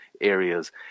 areas